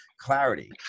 clarity